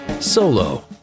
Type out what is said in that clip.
Solo